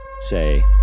say